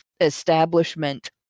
establishment